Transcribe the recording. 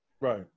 right